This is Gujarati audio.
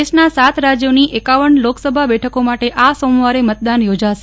દેશના સાત રાજયોની એકાવન લોકસભા બેઠકો માટે આ સોમવારે મતદાન યોજાશે